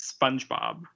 SpongeBob